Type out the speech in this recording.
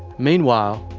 meanwhile,